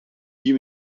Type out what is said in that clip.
die